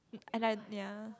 and I ya